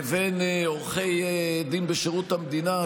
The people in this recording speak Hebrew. לבין עורכי דין בשירות המדינה,